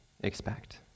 expect